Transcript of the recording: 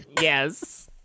Yes